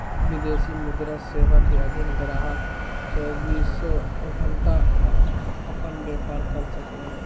विदेशी मुद्रा सेवा के अधीन गाहक़ चौबीसों घण्टा अपन व्यापार कर सको हय